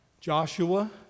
Joshua